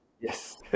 Yes